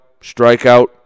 strikeout